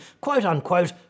quote-unquote